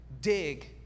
Dig